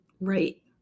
Right